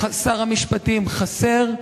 שר המשפטים חסר,